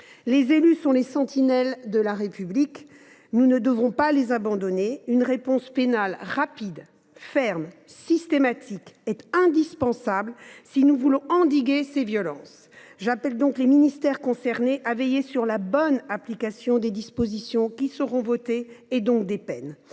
Les élus sont les sentinelles de la République ; nous ne devons pas les abandonner. Une réponse pénale rapide, ferme et systématique est indispensable si nous voulons endiguer ces violences. J’appelle donc les ministères concernés à veiller à la bonne application des dispositions qui seront votées, et donc des peines.